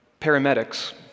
paramedics